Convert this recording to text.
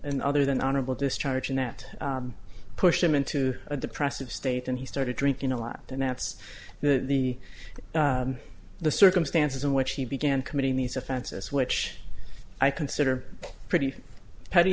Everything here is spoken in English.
and other than honorable discharge and that pushed him into a depressive state and he started drinking a lap and that's the the the circumstances in which he began committing these offenses which i consider pretty petty